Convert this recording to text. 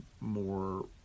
more